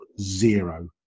zero